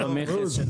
צו המכס.